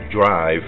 Drive